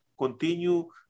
continue